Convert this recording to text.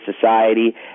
society